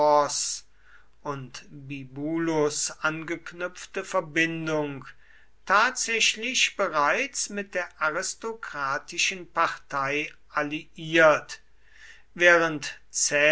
und bibulus angeknüpfte verbindung tatsächlich bereits mit der aristokratischen partei alliiert während